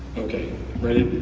okay ready